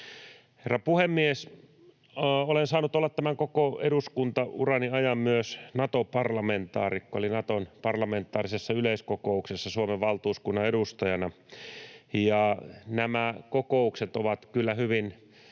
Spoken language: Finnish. Herra puhemies! Olen saanut olla tämän koko eduskuntaurani ajan myös Nato-parlamentaarikko eli Naton parlamentaarisessa yleiskokouksessa Suomen valtuuskunnan edustajana. Nämä kokoukset ovat kyllä hyvin